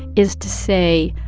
is to say,